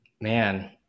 man